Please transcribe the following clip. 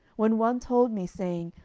when one told me, saying,